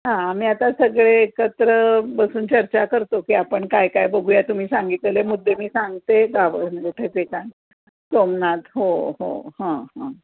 हां आम्ही आता सगळे एकत्र बसून चर्चा करतो की आपण काय काय बघूया तुम्ही सांगितलेले मुद्दे मी सांगते गाव सोमनाथ हो हो हां हां